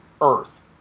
Earth